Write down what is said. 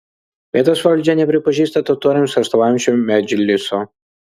vietos valdžia nepripažįsta totoriams atstovaujančio medžliso